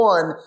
One